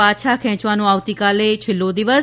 પાછા ખેંચવાનો આવતીકાલે છેલ્લો દિવસ